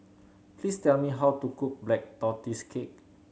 please tell me how to cook Black Tortoise Cake